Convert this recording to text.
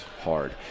hard